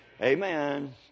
Amen